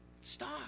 Stop